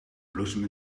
bloesem